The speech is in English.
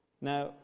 Now